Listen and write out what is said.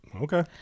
Okay